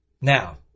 Now